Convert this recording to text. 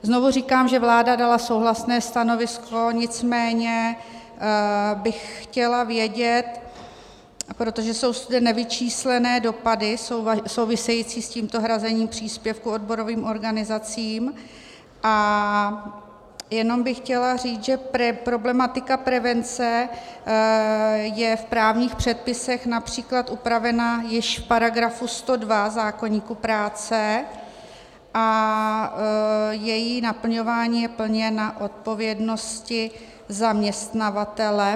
Znovu říkám, že vláda dala souhlasné stanovisko, nicméně bych chtěla vědět, protože jsou zde nevyčíslené dopady související s tímto hrazením příspěvku odborovým organizacím a jenom bych chtěla říct, že problematika prevence je v právních předpisech například upravena již v § 102 zákoníku práce a její naplňování je plně na odpovědnosti zaměstnavatele.